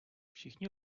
všichni